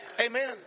Amen